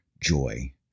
joy